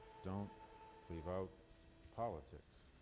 don't leave out politics.